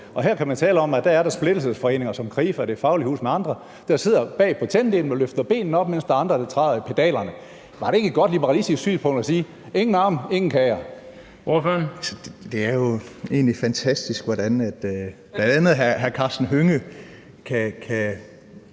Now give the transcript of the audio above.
Og her kan man tale om, at der er splittelsesforeninger som Krifa og Det Faglige Hus og andre, der sidder bag på tandemen og løfter benene op, mens der er andre, der træder i pedalerne. Var det ikke godt liberalistisk synspunkt at sige: Ingen arme, ingen kager? Kl. 19:20 Den fg. formand (Bent Bøgsted):